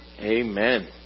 Amen